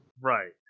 Right